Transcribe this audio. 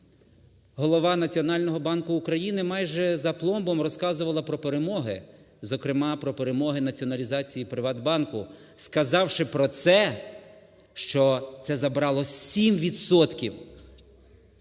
Екс-голова Національного банку України майже з апломбом розказувала про перемоги, зокрема про перемоги націоналізації "ПриватБанку", сказавши про це, що це забрало 7